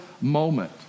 moment